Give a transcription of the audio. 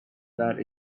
that